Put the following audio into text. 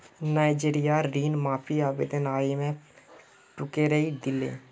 नाइजीरियार ऋण माफी आवेदन आईएमएफ ठुकरइ दिले